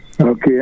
okay